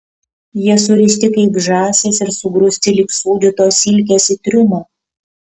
jie surišti kaip žąsys ir sugrūsti lyg sūdytos silkės į triumą